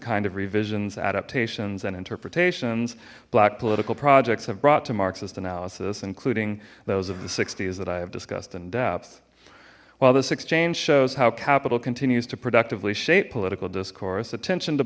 kind of revisions adaptations and interpretations black political projects have brought two marxist analysis including those of the sixties that i have discussed in depth while this exchange shows how capital continues to productively shape political discourse attention to